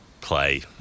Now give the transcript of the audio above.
play